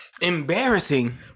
Embarrassing